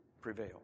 Prevail